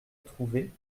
trouver